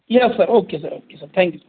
yes sir okay sir okay sir thank you sir